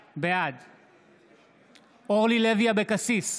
בעד אורלי לוי אבקסיס,